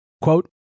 Quote